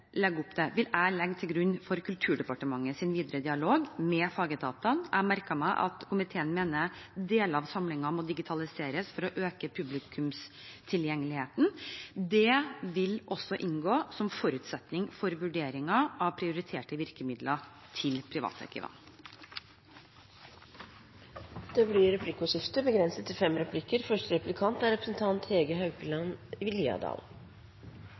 opp til, vil jeg legge til grunn for Kulturdepartementets videre dialog med fagetatene. Jeg har merket meg at komiteen mener at deler av samlingen må digitaliseres for å øke publikumstilgjengeligheten. Det vil også inngå som forutsetning for vurderingen av prioriterte virkemidler til privatarkivene. Det blir replikkordskifte. Ifølge LLP, Landslaget for lokal- og privatarkiv, er